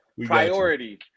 Priority